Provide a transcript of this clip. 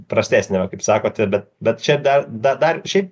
prastesnė va kaip sakote bet bet čia dar dar šiaip